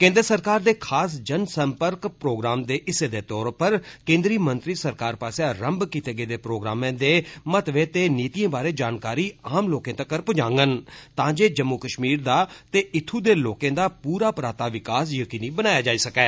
केन्द्र सरकार दे खास जनसंपर्क प्रोग्राम दे हिस्सें दे तौरे पर केन्द्री मंत्री सरकार पास्सेआ रम्म किते गेदे प्रोग्रामें दे महत्वै ते नीतिएं बारै जानकारी आम लोकें तक्कर पुजागंन तां जे जम्मू कश्मीर दा ते इत्थूं दे लोकें दा पूरा पराता विकास यकीनी बनाया जाई सकै